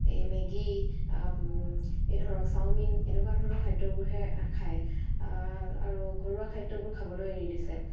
এই মেগী এই ধৰক চাওমিন এনেকুৱা ধৰণৰ খাদ্যবোৰহে খায় আৰু ঘৰুৱা খাদ্যবোৰ খাবলৈ এৰি দিছে